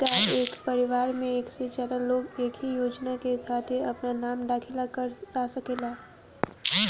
का एक परिवार में एक से ज्यादा लोग एक ही योजना के खातिर आपन नाम दाखिल करा सकेला?